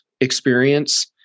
experience